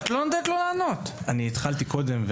אני התחלתי קודם,